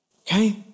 Okay